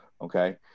Okay